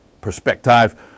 perspective